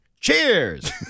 Cheers